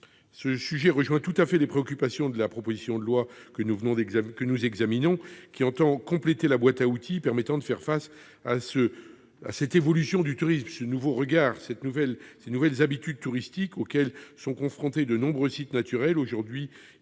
Ce sujet rejoint tout à fait les préoccupations de la proposition de loi que nous examinons, laquelle tend à compléter la boîte à outils permettant de faire face aux nouvelles habitudes touristiques auxquelles sont confrontés de nombreux sites naturels aujourd'hui